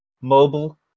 Mobile